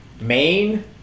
Maine